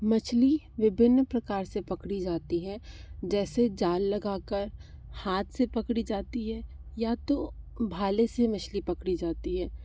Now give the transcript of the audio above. मछली विभिन्न प्रकार से पकड़ी जाती है जैसे जाल लगा कर हाथ से पकड़ी जाती है या तो भाले से मछली पकड़ी जाती है